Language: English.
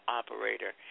operator